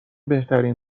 بهترین